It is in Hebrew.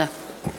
תודה.